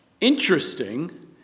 Interesting